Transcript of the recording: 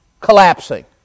collapsing